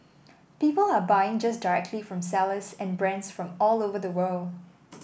people are buying just directly from sellers and brands from all of the world